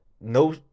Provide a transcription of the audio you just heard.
no